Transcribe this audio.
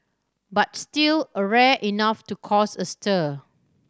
but still a rare enough to cause a stir